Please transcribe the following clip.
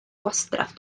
gwastraff